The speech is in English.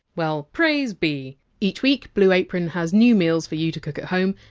well, praise be each week, blue apron has new meals for you to cook at home,